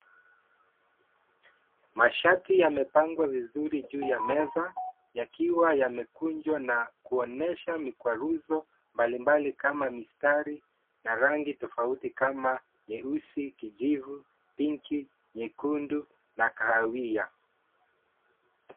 Mashati yamepangwa vizuri juu ya meza yakiwa yamekunjwa na kuonyesha mikwaruzo mbalimbali kama mistari na rangi tofauti kama nyeusi, kijivu, pinki, nyekundu na kahawia.